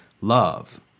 love